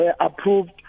approved